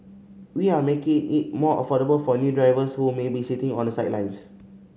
we are making it more affordable for new drivers who may be sitting on the sidelines